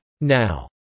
Now